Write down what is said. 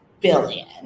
billion